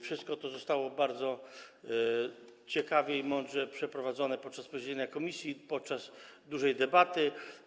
Wszystko to zostało bardzo ciekawie i mądrze przeprowadzone podczas posiedzenia komisji, podczas dużej debaty.